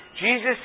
Jesus